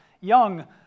young